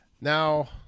Now